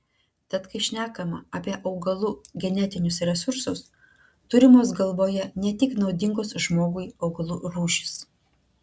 tad kai šnekama apie augalų genetinius resursus turimos galvoje tik naudingos žmogui augalų rūšys